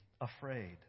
afraid